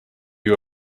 you